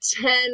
ten